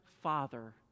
father